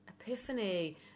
Epiphany